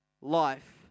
life